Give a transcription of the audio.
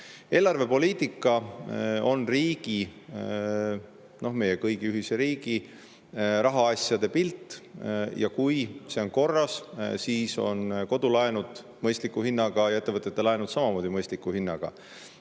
Eelarvepoliitika on riigi, meie kõigi ühise riigi rahaasjade pilt. Kui see on korras, siis on kodulaenud mõistliku hinnaga ja ettevõtete laenud samamoodi mõistliku hinnaga.